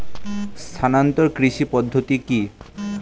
স্থানান্তর কৃষি পদ্ধতি কি?